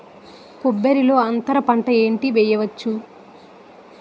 కొబ్బరి లో అంతరపంట ఏంటి వెయ్యొచ్చు?